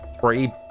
three